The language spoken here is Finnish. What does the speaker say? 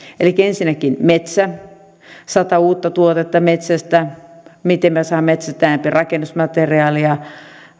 elikkä ensinnäkin metsä sata uutta tuotetta metsästä miten me saamme metsästä enempi rakennusmateriaalia